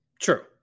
true